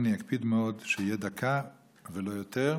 אני אקפיד מאוד שתהיה דקה ולא יותר.